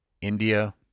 India